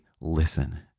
listen